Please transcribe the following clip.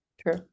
True